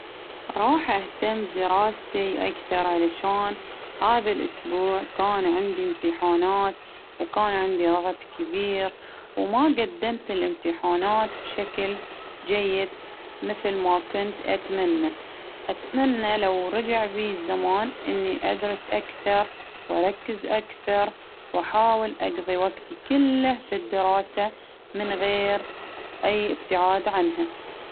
راح أهتم بدراستي أكثر علشان هذا الإسبوع كان عندي إمتحانات، وكان عندي ظغط كبير، وما قدمت الإمتحانات بشكل جيد، مثل ما كنت أتمنى، أتمنى لو رجع بي الزمان إني أدرس وركز أكثر، وأحاول أقضي وجتي كله في الدراسة من غير أي إبتعاد عنها.